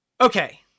Okay